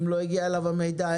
אם לא הגיע אליו המידע,